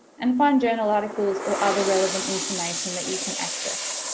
and find journal articles or other relevant information that you can access